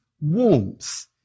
warmth